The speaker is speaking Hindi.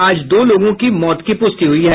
आज दो लोगों की मौत की पुष्टि हुई है